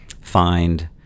find